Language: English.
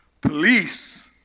Police